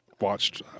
watched